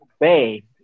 bay